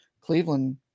Cleveland –